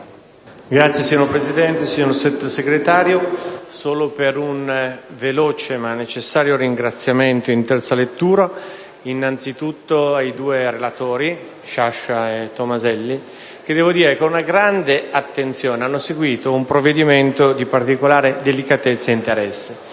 *(PD)*. Signora Presidente, signor Sottosegretario, intervengo solo per un veloce ma necessario ringraziamento in terza lettura, anzitutto ai due relatori, senatori Sciascia e Tomaselli, che devo dire con gran attenzione hanno seguito un provvedimento di particolare delicatezza ed interesse.